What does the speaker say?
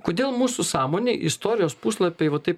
kodėl mūsų sąmonėj istorijos puslapiai vat taip